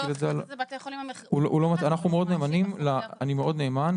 אנחנו מאוד נאמנים, אני מאוד נאמן